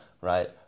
right